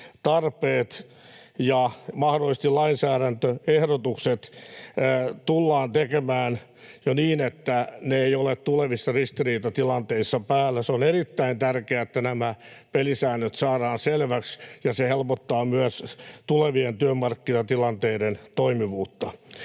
ja mahdollisesti lainsäädäntöehdotukset tullaan tekemään niin, että ne eivät ole tulevissa ristiriitatilanteissa päällä. On erittäin tärkeää nämä pelisäännöt saada selväksi. Se helpottaa myös tulevien työmarkkinatilanteiden toimivuutta.